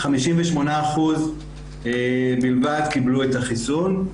58% בלבד קיבלו את החיסון,